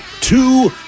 two